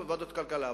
בוועדת הכלכלה,